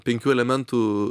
penkių elementų